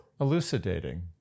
Elucidating